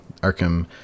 arkham